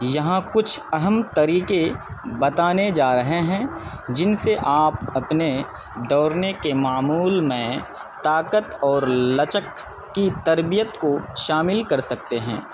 یہاں کچھ اہم طریقے بتانے جا رہے ہیں جن سے آپ اپنے دوڑنے کے معمول میں طاقت اور لچک کی تربیت کو شامل کر سکتے ہیں